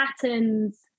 patterns